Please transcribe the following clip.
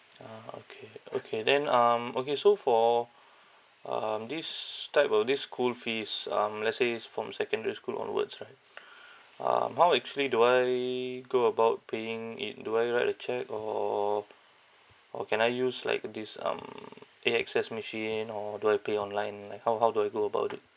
ah okay okay then um okay so for um this type of this school fees um let's say is from secondary school onwards right um how actually do I go about paying it do I write a cheque or or or can I use like this um A_X_S machine or do I pay online like how how do I go about it